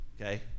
okay